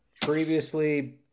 previously